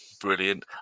brilliant